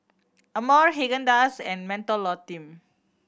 Amore Haagen Dazs and Mentholatum